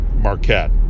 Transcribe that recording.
Marquette